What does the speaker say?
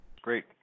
Great